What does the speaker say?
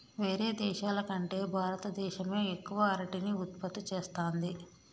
వేరే దేశాల కంటే భారత దేశమే ఎక్కువ అరటిని ఉత్పత్తి చేస్తంది